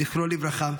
זכרו לברכה.